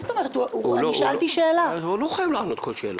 הוא לא חייב לענות על כל שאלה,